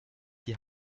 die